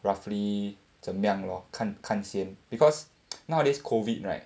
roughly 怎么样 lor 看看先 because nowadays COVID right